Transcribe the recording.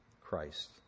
Christ